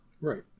Right